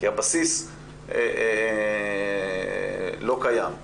כי הבסיס לא קיים,